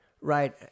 Right